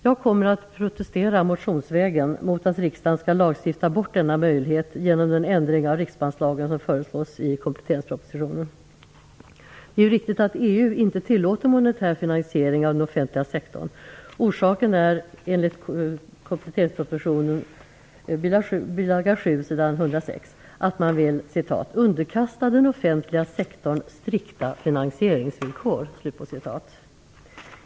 Jag kommer att protestera motionsvägen mot att riksdagen skall lagstifta bort denna möjlighet genom den ändring av riksbankslagen som föreslås i kompletteringspropositionen. Det är riktigt att EU inte tillåter monetär finansiering av den offentliga sektorn. Orsaken är enligt kompletteringspropositionen bil. 7 s. 106 att man vill: "underkasta den offentliga sektorn strikta finansieringsvillkor".